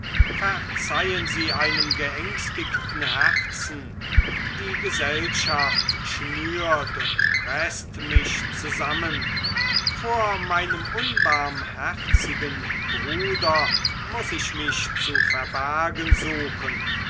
verzeihen sie einem geängstigten herzen die gesellschaft schnürt und preßt mich zusammen vor meinem unbarmherzigen bruder muß ich mich zu verbergen suchen